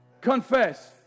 confess